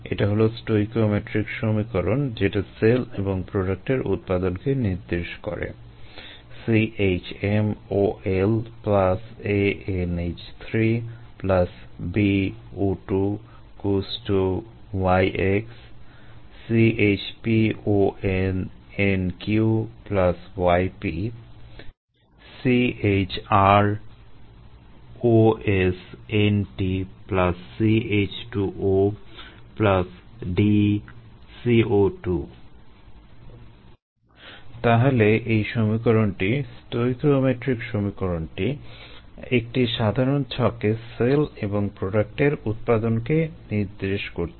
এটা হলো স্টয়কিওমেট্রিক সমীকরণ যেটা সেল এবং প্রোডাক্টের উৎপাদনকে নির্দেশ করে CHmOl aNH3 bO2 → yx CHpOnNq yp CHrOsNt cH2O dCO2 তাহলে এই সমীকরণটি স্টয়কিওমেট্রিক সমীকরণটি একটি সাধারণ ছকে সেল এবং প্রোডাক্টের উৎপাদনকে নির্দেশ করছে